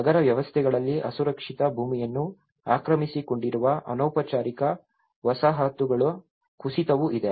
ನಗರ ವ್ಯವಸ್ಥೆಗಳಲ್ಲಿ ಅಸುರಕ್ಷಿತ ಭೂಮಿಯನ್ನು ಆಕ್ರಮಿಸಿಕೊಂಡಿರುವ ಅನೌಪಚಾರಿಕ ವಸಾಹತುಗಳ ಕುಸಿತವೂ ಇದೆ